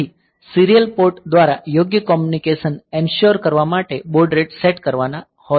તેથી serial port દ્વારા યોગ્ય કોમ્યુનિકેશન એન્સ્યોર કરવા માટે બોડ રેટ સેટ કરવાના હોય છે